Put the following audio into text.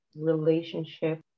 relationship